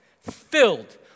Filled